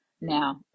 now